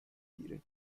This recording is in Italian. dire